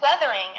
weathering